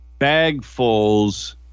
bagfuls